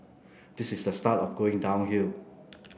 this is the start of going downhill